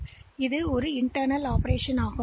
எனவே அது ஒரு உள் செயல்பாடு